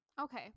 okay